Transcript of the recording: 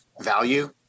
value